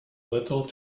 little